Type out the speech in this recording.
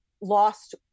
lost